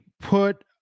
put